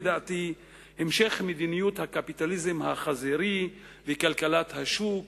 לדעתי: המשך מדיניות הקפיטליזם החזירי וכלכלת השוק,